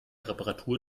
reparatur